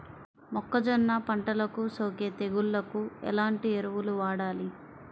మొక్కజొన్న పంటలకు సోకే తెగుళ్లకు ఎలాంటి ఎరువులు వాడాలి?